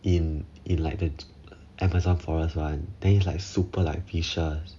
in in like the amazon forest one then is like super like fishes